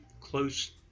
close